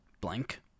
blank